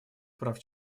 прав